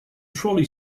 trolley